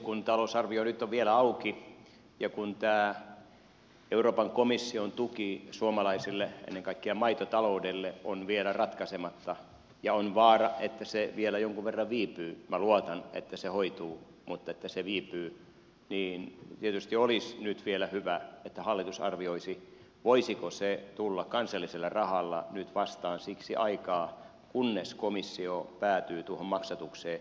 kun talousarvio nyt on vielä auki ja kun tämä euroopan komission tuki suomalaisille ennen kaikkea maitotaloudelle on vielä ratkaisematta ja on vaara että se vielä jonkun verran viipyy minä luotan että se hoituu mutta että se viipyy niin tietysti olisi nyt vielä hyvä että hallitus arvioisi voisiko se tulla kansallisella rahalla nyt vastaan siksi aikaa kunnes komissio päätyy tuohon maksatukseen